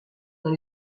dans